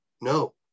No